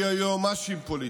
יהיו יועמ"שים פוליטיים.